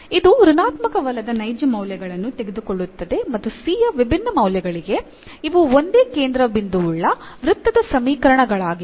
ಆದ್ದರಿಂದ ಇದು ಋಣಾತ್ಮಕವಲ್ಲದ ನೈಜ ಮೌಲ್ಯಗಳನ್ನು ತೆಗೆದುಕೊಳ್ಳುತ್ತಿದೆ ಮತ್ತು c ಯ ವಿಭಿನ್ನ ಮೌಲ್ಯಗಳಿಗೆ ಇವು ಒಂದೇ ಕೇಂದ್ರಬಿಂದುವುಳ್ಳ ವೃತ್ತದ ಸಮೀಕರಣಗಳಾಗಿವೆ